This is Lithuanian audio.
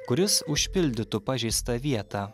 kuris užpildytų pažeistą vietą